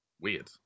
Weird